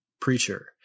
preacher